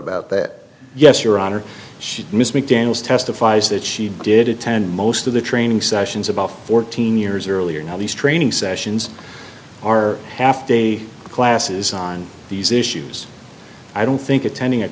about that yes your honor should miss mcdaniels testifies that she did attend most of the training sessions about fourteen years earlier now these training sessions are half day of classes on these issues i don't think attending a